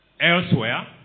Elsewhere